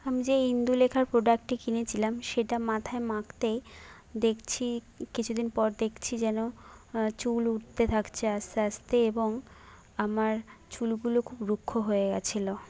আমি যে ইন্দুলেখার প্রোডাক্টটি কিনেছিলাম সেটা মাথায় মাখতেই দেখছি কিছু দিন পর দেখছি যেন চুল উঠতে থাকছে আস্তে আস্তে এবং আমার চুলগুলো খুব রুক্ষ হয়ে গিয়েছিলো